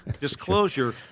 Disclosure